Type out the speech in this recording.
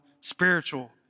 spiritual